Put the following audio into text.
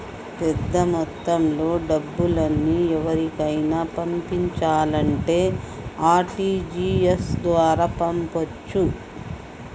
పెద్దమొత్తంలో డబ్బుల్ని ఎవరికైనా పంపించాలంటే ఆర్.టి.జి.ఎస్ ద్వారా పంపొచ్చు